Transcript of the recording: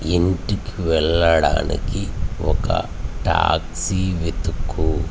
ఇంటికి వెళ్ళడానికి ఒక ట్యాక్సీ వెతుకు